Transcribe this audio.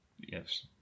Yes